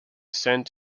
sent